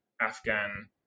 Afghan